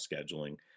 scheduling